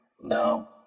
no